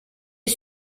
est